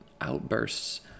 outbursts